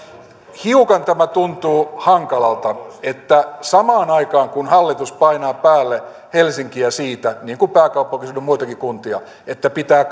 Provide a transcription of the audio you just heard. hiukan tämä tuntuu hankalalta että kun hallitus painaa päälle helsinkiä siitä niin kuin pääkaupunkiseudun muitakin kuntia että pitää